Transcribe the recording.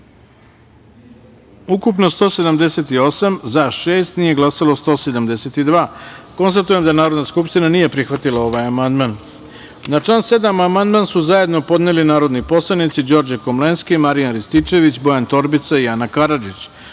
ukupno – 178, za – sedam, nije glasao – 171.Konstatujem da Narodna skupština nije prihvatila ovaj amandman. Na član 6. amandman su zajedno podneli narodni poslanici Đorđe Komlenski, Marijan Rističević, Bojan Torbica i Ana Karadžić. Stavljam